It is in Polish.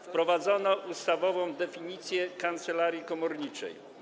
Wprowadzono ustawową definicję kancelarii komorniczej.